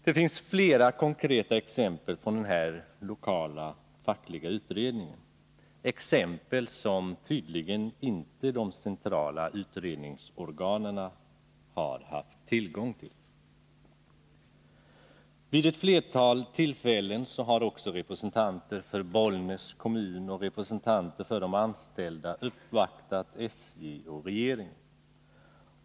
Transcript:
Det finns flera konkreta exempel från denna lokala fackliga utredning — exempel som tydligen inte de centrala utredningsorganen har haft tillgång till. Vid ett flertal tillfällen har också representanter för Bollnäs kommun och för de anställda uppvaktat SJ och regeringen.